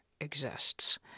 exists